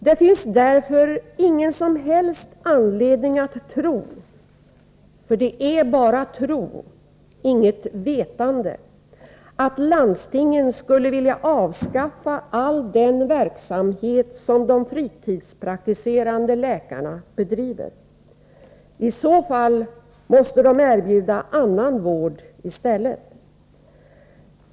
Det finns därför ingen som helst anledning att tro — för det är bara tro, inget vetande — att landstingen skulle vilja avskaffa all den verksamhet som de fritidspraktiserande läkarna bedriver. I så fall måste de erbjuda annan vård i stället.